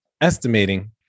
estimating